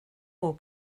will